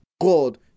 God